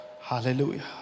Hallelujah